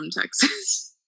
Texas